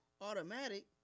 automatic